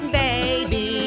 baby